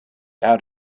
out